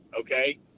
okay